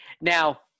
Now